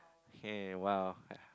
okay !wow!